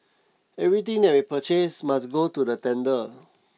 everything that we purchase must go to the tender